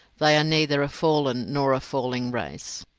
they are neither a fallen nor a falling race.